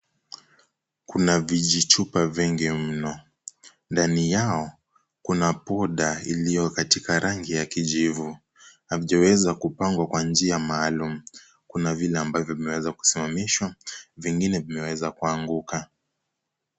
Kuna vijichupa vingi mno. Ndani yao kuna powder iliyo katika rangi ya kijivu haijaweza kupangwa kwa njia maalum. Kuna vile ambapo vimeweza kusimamishwa, vingine vimeweza kuanguka.